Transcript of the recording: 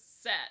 set